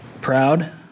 proud